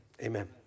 amen